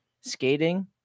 skating